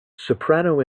soprano